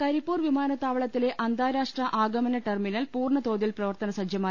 കരിപ്പൂർ വിമാനത്താവളത്തിലെ അന്താരാഷ്ട്ര ആഗമന ടെർമിനൽ പൂർണ തോതിൽ പ്രവർത്തന സജ്ജമായി